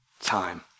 Time